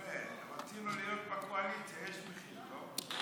תראה, נותנים לו להיות בקואליציה, תאמין